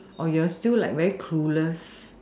or you're still like very clueless